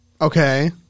okay